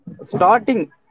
Starting